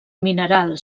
mineral